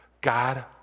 God